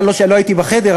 אבל לא הייתי בחדר,